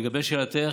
לגבי שאלתך,